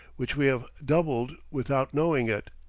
which we have doubled without knowing it.